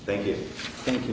thank you thank you